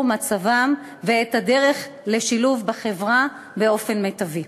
מצבם ואת הדרך לשילוב בחברה באופן מיטבי.